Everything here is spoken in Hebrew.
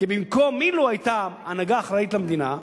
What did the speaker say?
אילו היתה הנהגה אחראית למדינה,